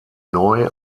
neu